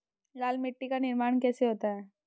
लाल मिट्टी का निर्माण कैसे होता है?